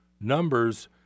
numbers